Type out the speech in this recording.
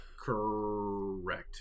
Correct